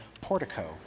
portico